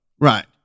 Right